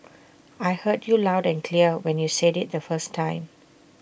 I heard you loud and clear when you said IT the first time